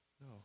No